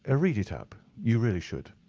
ah read it up you really should.